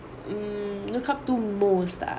mm looked up to most ah